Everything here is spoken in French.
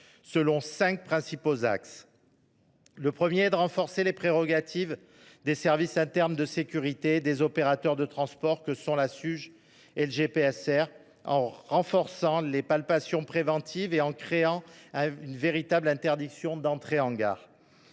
selon cinq principaux axes. Elle vise, premièrement, à étendre les prérogatives des services internes de sécurité des opérateurs de transport que sont la Suge et le GPSR, en renforçant leur faculté à procéder à des palpations préventives et en créant une véritable interdiction d’entrée en gare.